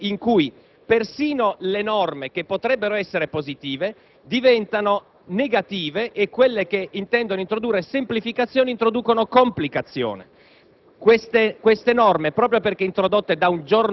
Di conseguenza, ci troviamo in una situazione in cui persino le norme che potrebbero essere positive diventano negative e quelle che intendono introdurre semplificazioni introducono complicazioni.